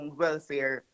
welfare